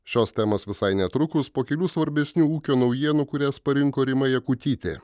šios temos visai netrukus po kelių svarbesnių ūkio naujienų kurias parinko rima jakutytė